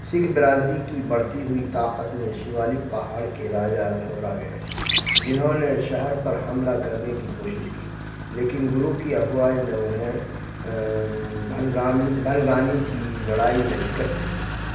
سکھ برادری کی بڑھتی ہوئی طاقت نے شیوالک پہاڑ کے راجا گھبرا گئے جنہوں نے شہر پر حملہ کرنے کی کوشش کی لیکن گرو کی افواج نے انہیں بھنگانی کی لڑائی میں شکست دے دی